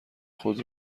خود